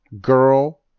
girl